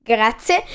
Grazie